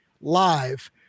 live